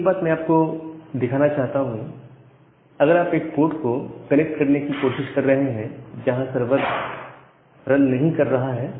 एक बात मैं आपको दिखाना चाहता हूं अगर आप एक पोर्ट को कनेक्ट करने की कोशिश करते हैं जहां सर्वर रन नहीं कर रहा है